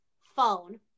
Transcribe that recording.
phone